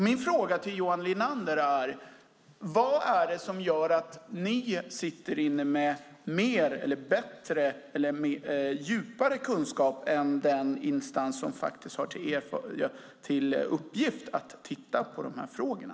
Min fråga till Johan Linander är: Vad är det som gör att ni sitter inne med mer, bättre eller djupare kunskap än den instans som har till uppgift att titta på de här frågorna?